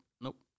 Nope